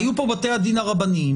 היו פה בתי הדין הרבניים,